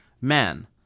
men